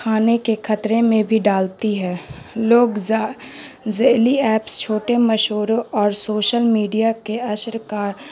کھانے کے کطرے میں بھی ڈالتی ہے لوگا ذیلی ایپس چھوٹے مشہوروں اور سوشل میڈیا کے اشرکار